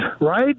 right